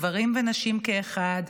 גברים ונשים כאחד,